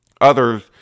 Others